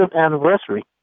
anniversary